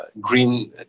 green